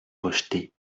rejetée